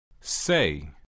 Say